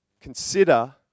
Consider